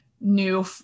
new